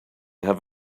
have